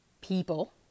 people